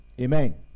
Amen